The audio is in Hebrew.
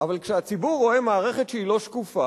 אבל כשהציבור רואה מערכת שהיא לא שקופה,